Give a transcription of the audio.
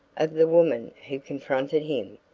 of the woman who confronted him.